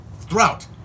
throughout